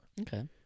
Okay